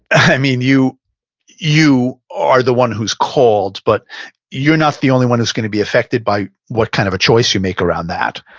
you you are the one who's called, but you're not the only one that's going to be effected by what kind of choice you make around that,